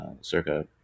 circa